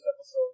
episode